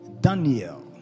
Daniel